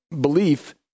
belief